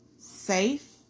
safe